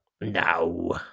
No